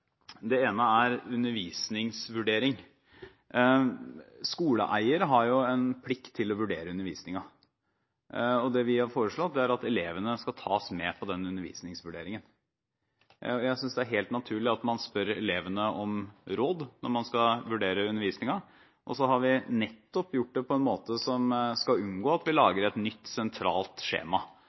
Det ene er undervisningsvurdering. Skoleeier har en plikt til å vurdere undervisningen. Det vi har foreslått, er at elevene skal tas med på den undervisningsvurderingen. Jeg synes det er helt naturlig at man spør elevene om råd når man skal vurdere undervisningen. Og vi har gjort det på en måte som skal unngå at vi lager et nytt sentralt skjema.